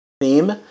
theme